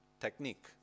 technique